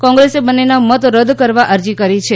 કોંગ્રેસે બંનેના મત રદ કરવા અરજી કરી છે